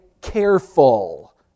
careful